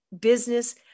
business